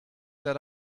that